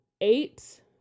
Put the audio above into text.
eight